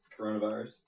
coronavirus